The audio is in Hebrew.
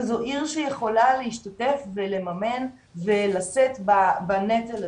וזו עיר שיכולה להשתתף ולממן ולשאת בנטל הזה,